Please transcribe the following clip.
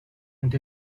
ont